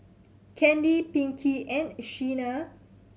Candy Pinkie and Shena